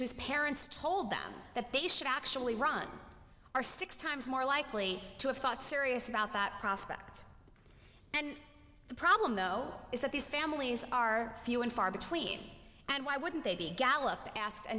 whose parents told them that they should actually run are six times more likely to have thought serious about that prospect and the problem though is that these families are few and far between and why wouldn't they be gallup asked a